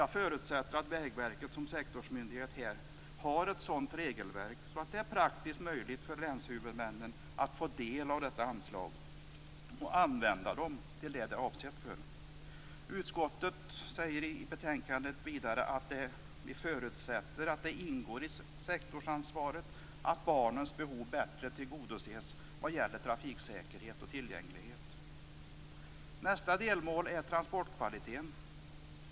Jag förutsätter att Vägverket som sektorsmyndighet här har ett sådant regelverk att det är praktiskt möjligt för länshuvudmännen att få del av detta anslag och kunna använda medlen till det som de är avsedda för. Utskottet säger vidare i betänkandet att vi förutsätter att det ingår i sektorsansvaret att barnens behov bättre tillgodoses vad gäller trafiksäkerhet och tillgänglighet. Nästa delmål är transportkvaliteten.